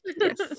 yes